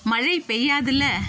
மழை பெய்யாதில்ல